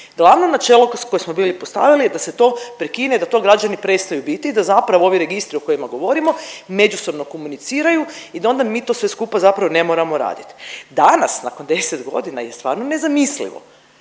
Glavno načelo koje smo bili postavili da se to prekine, da to građani prestaju biti da zapravo ovi registri o kojima govorimo međusobno komuniciraju i da onda mi to sve skupa zapravo ne moramo raditi. Danas, nakon 10 godina je stvarno nezamislivo